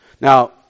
Now